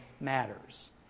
matters